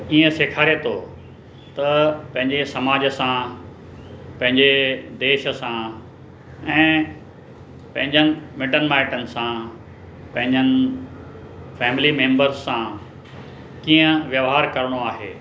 ईअं सेखारे थो त पंहिंजे समाज सां पंहिंजे देश सां ऐं पंहिंजनि मिटनि माइटनि सां पंहिंजनि फैमिली मेम्बर्स सां कीअं वहिंवार करिणो आहे